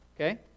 Okay